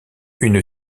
une